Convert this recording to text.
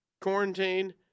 quarantined